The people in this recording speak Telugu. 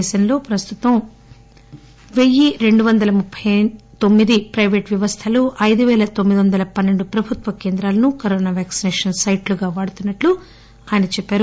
దేశంలో ప్రస్తుతం పెయ్యి రెండు వంద ముప్పి తొమ్మిది ప్రైవేట్ వ్యవస్థలు ఐదు పేల తొమ్మిది వంద పన్నెండు ప్రభుత్వ కేంద్రాలను కరోనా వ్యాక్సినేషన్ సైట్లుగా వాడుతున్నట్లు ఆయన చెప్పారు